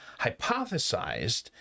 hypothesized